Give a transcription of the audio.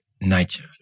nature